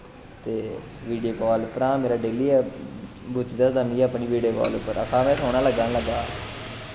ते video call उप्पर मेरा डेली बूथी दसदा मिगी अपनी वीडियो काल उप्पर आक्खा ना में सोह्ना लग्गा दा